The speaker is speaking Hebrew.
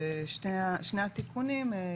ושני התיקונים,